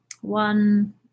one